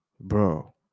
bro